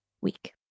week